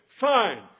fine